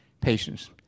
patients